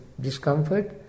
discomfort